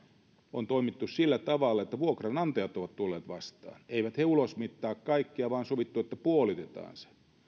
on toimittu sillä tavalla että vuokranantajat ovat tulleet vastaan eivät he ulosmittaa kaikkea vaan on sovittu että ne puolitetaan